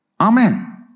Amen